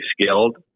skilled